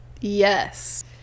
Yes